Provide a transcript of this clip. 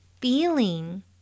feeling